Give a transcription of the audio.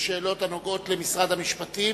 בשאלות הנוגעות למשרד המשפטים,